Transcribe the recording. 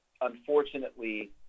unfortunately